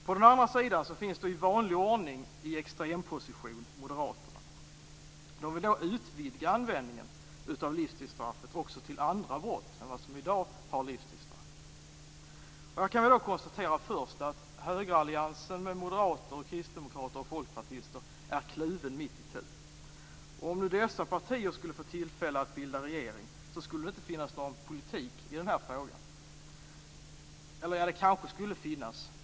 På den andra sidan finns i vanlig ordning Moderaterna i extremposition. De vill utvidga användningen av livstidsstraffet också till andra brott än de som i dag ger livstidsstraff. Här kan vi först konstatera att högeralliansen med moderater, kristdemokrater och folkpartister är kluven mitt itu. Om dessa partier skulle få tillfälle att bilda regering skulle det inte finnas någon politik i den här frågan. Eller det skulle det kanske finnas.